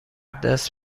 دست